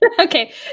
Okay